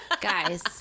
Guys